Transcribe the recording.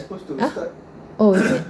uh oo is it